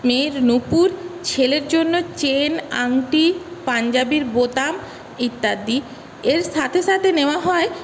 মেয়ের নূপুর ছেলের জন্য চেন আংটি পাঞ্জাবীর বোতাম ইত্যাদি এর সাথে সাথে নেওয়া হয়